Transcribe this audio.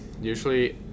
usually